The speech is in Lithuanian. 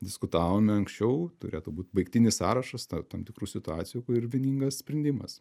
diskutavome anksčiau turėtų būt baigtinis sąrašas ta tam tikrų situacijų ir vieningas sprendimas